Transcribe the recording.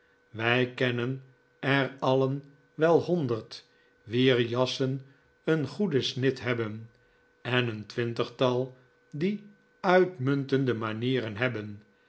we kennen er alien wel honderd wier jassen een goede snit hebben en een twintigtal die uitmuntende manieren hebben